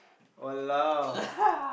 !walao!